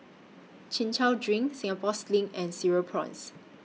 Chin Chow Drink Singapore Sling and Cereal Prawns